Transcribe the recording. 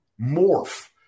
morph